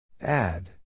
Add